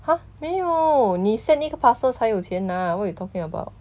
!huh! 没有你 sending 一个 parcel 才有钱拿 what you talking about